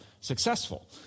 Successful